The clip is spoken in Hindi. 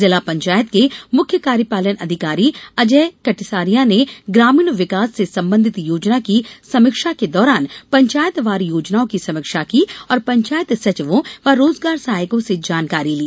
जिला पंचायत के मुख्य कार्यपालन अधिकारी अजय कटेसरिया ने ग्रामीण विकास से संबंधित योजना की समीक्षा दौरान पंचायतवार योजनाओं की समीक्षा की और पंचायत सचिवों व रोजगार सहायकों से जानकारी ली